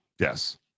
Yes